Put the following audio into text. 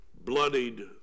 bloodied